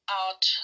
out